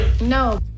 No